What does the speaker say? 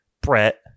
Brett